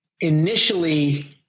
initially